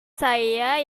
saya